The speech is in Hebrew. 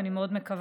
ואני מאוד מקווה,